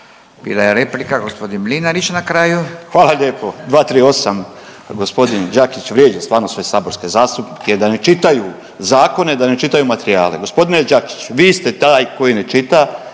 bila je replika. Gospodin Mlinarić na kraju. **Mlinarić, Stipo (DP)** Hvala lijepo. 238. g. Đakić vrijeđa stvarno sve saborske zastupnike da ne čitaju zakone, da ne čitaju materijale. G. Đakić vi ste taj koji ne čita,